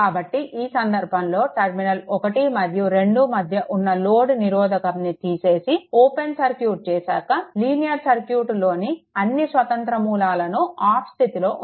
కాబట్టి ఈ సంధర్భంలో టర్మినల్ 1 మరియు 2 మధ్య ఉన్న లోడ్ నిరోధకంని తీసేసి ఓపెన్ సర్క్యూట్ చేశాక లీనియర్ సర్క్యూట్లోని అన్నీ స్వతంత్ర మూలాలను ఆఫ్ స్థితిలో ఉంచాలి